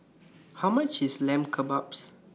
How much IS Lamb Kebabs